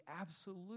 absolute